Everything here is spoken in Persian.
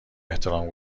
احترام